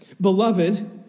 Beloved